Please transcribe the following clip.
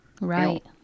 Right